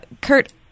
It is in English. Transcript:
Kurt